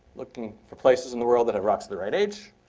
looking for places in the world that have rocks the right age,